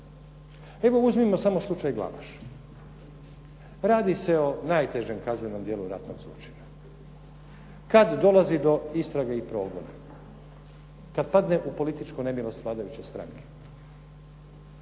Evo uzmimo samo slučaj Glavaš. Radi se o najtežem kaznenom djelu ratnog zločina. Kad dolazi do istrage i progona? Kad padne u političku nemilost vladajuće stranke.